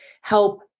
help